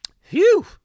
Phew